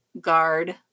guard